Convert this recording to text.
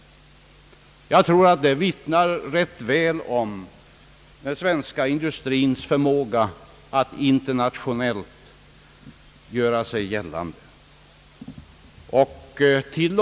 Jag tycker det vittnar rätt väl om den svenska industrins förmåga att göra sig gällande internationellt.